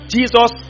Jesus